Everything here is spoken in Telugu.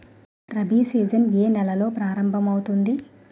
రబి సీజన్ ఏ నెలలో ప్రారంభమౌతుంది?